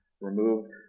removed